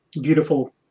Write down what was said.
beautiful